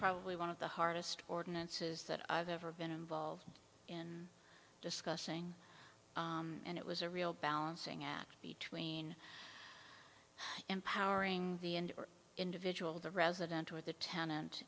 probably one of the hardest ordinances that i've ever been involved in discussing and it was a real balancing act between empowering the individual the residental of the tenant